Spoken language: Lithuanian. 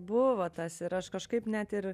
buvo tas ir aš kažkaip net ir